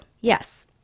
Yes